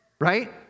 right